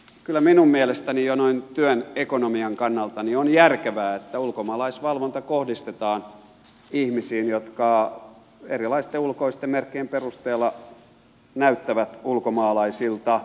kyllä minun mielestäni jo noin työn ekonomian kannalta on järkevää että ulkomaalaisvalvonta kohdistetaan ihmisiin jotka erilaisten ulkoisten merkkien perusteella näyttävät ulkomaalaisilta